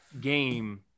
game